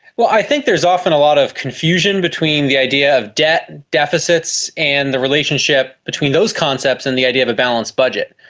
i think there's often a lot of confusion between the idea of debt, deficits and the relationship between those concepts and the idea of a balanced budget.